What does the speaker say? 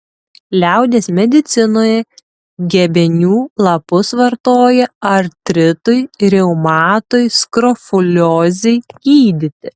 liaudies medicinoje gebenių lapus vartoja artritui reumatui skrofuliozei gydyti